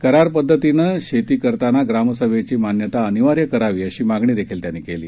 करार पध्दतीनं शेती करताना ग्रामसभेची मान्यता अनिवार्य करावी अशी मागणीही त्यांनी केली